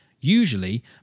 Usually